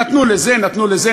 נתנו לזה, נתנו לזה,